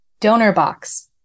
DonorBox